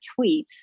tweets